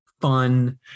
fun